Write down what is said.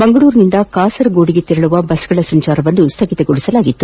ಮಂಗಳೂರಿನಿಂದ ಕಾಸರಗೋದಿಗೆ ತೆರಳುವ ಬಸ್ ಗಳ ಸಂಚಾರವನ್ನು ಸ್ಥಗಿತಗೊಳಿಸಲಾಗಿತ್ತು